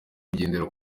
kugendera